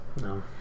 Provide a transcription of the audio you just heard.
no